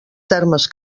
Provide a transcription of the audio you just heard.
termes